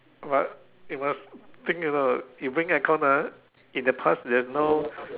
but you must think you know if you bring aircon ah in the past there's no